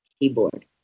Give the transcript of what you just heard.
keyboard